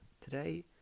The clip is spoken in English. Today